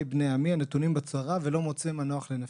בני עמי הנתונים בצרה ולא מוצא מנוח לנפשי.